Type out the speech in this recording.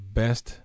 best